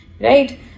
Right